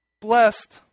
blessed